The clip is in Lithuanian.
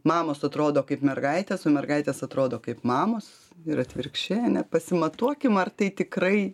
mamos atrodo kaip mergaitės o mergaitės atrodo kaip mamos ir atvirkščiai ane pasimatuokim ar tai tikrai